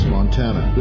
Montana